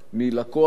מלקוח